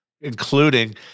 including